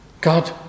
God